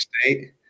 state